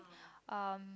um